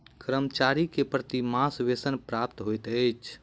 कर्मचारी के प्रति मास वेतन प्राप्त होइत अछि